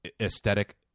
aesthetic